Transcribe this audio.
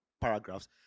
paragraphs